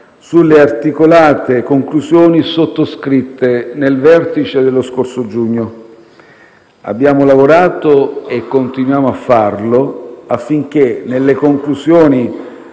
sulle articolate conclusioni sottoscritte nel vertice dello scorso giugno. Abbiamo lavorato, e continuiamo a farlo, affinché nelle conclusioni